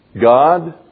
God